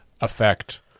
affect